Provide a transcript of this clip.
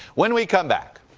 when we come back,